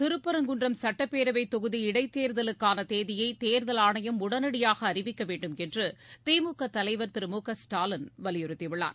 திருப்பரங்குன்றம் சுட்டப்பேரவைத் தொகுதி இடைத் தேர்தலுக்கான தேதியை தேர்தல் ஆணையம் உடனடியாக அறிவிக்க வேண்டும் என்று திமுக தலைவர் திரு மு க ல்டாலின் வலியுறத்தியுள்ளார்